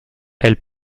elle